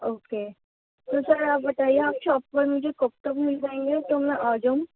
okay تو sir آپ بتائیے آپ شاپ پر مجھے کب تک مل پائیں گے تو میں آ جاؤں